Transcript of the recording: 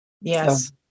Yes